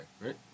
right